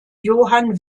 johann